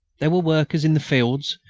there were workers in the fields,